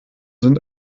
sind